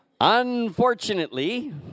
Unfortunately